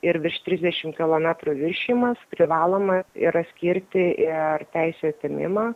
ir virš trisdešim kilometrų viršijimas privaloma yra skirti ir teisių atėmimą